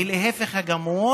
היא עושה ההפך הגמור: